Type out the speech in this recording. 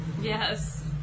Yes